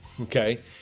Okay